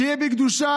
שיהיה בקדושה.